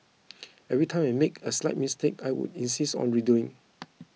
every time I make a slight mistake I would insist on redoing